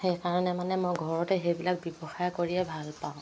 সেইকাৰণে মানে মই ঘৰতে সেইবিলাক ব্যৱসায় কৰিয়ে ভাল পাওঁ